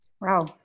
Wow